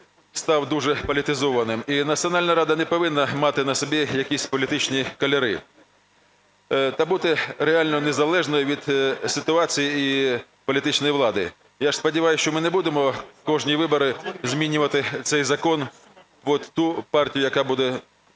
став дуже політизованим, і Національна рада не повинна мати на собі якісь політичні кольори та бути реально незалежною від ситуації і політичної влади. Я сподіваюся, що ми не будемо кожні вибори змінювати цей закон під ту партію, яка буде